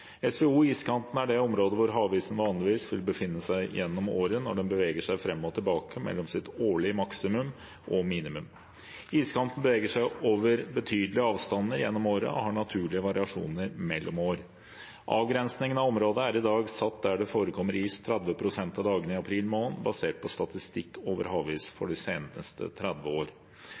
SVO iskanten er det området hvor havisen vanligvis vil befinne seg gjennom året, når den beveger seg fram og tilbake mellom sitt årlige maksimum og minimum. Iskanten beveger seg over betydelige avstander gjennom året og har naturlige variasjoner mellom år. Avgrensningen av området er i dag satt der det forekommer is 30 pst. av dagene i april måned, basert på statistikk over havis for de seneste 30 år.